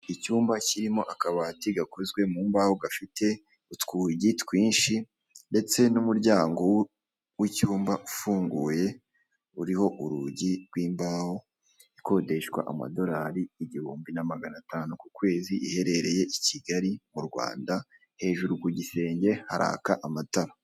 Icyumba kirimo akabati gakozwe mu mbaho gafite utwugi twinshi ndetse n'umuryango w'icyumba ufunguye uriho urugi rw'imbaho ikodeshwa amadorari igihumbi na magana atanu ku kwezi iherereye i kigali mu Rwanda hejuru ku gisenge haraka amatara.